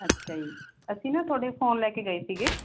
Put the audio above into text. ਅੱਛਾ ਜੀ ਅਸੀਂ ਨਾ ਤੁਹਾਡੇ ਫੋਨ ਲੈ ਕੇ ਗਏ ਸੀ